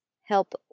Help